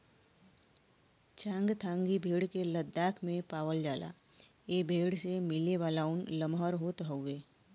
चांगथांगी भेड़ के लद्दाख में पावला जाला ए भेड़ से मिलेवाला ऊन लमहर होत हउवे